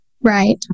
Right